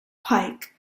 pike